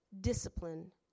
discipline